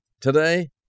Today